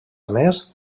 més